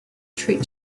treat